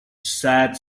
sad